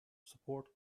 support